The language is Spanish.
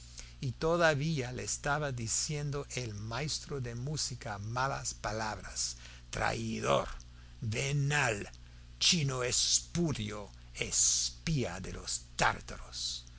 y todavía le estaba diciendo el maestro de música malas palabras traidor venal chino espurio espía de los tártaros